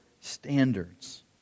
standards